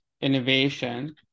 innovation